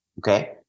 okay